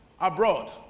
abroad